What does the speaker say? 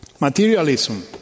Materialism